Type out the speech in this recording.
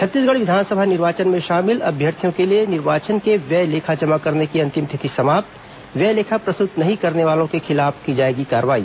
छत्तीसगढ़ विधानसभा निर्वाचन में शामिल अभ्यर्थियों के लिए निर्वाचन के व्यय लेखा जमा करने की अंतिम तिथि समाप्त व्यय लेखा प्रस्तुत नहीं करने वालों के खिलाफ की जाएगी कार्रवाई